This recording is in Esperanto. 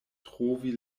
trovi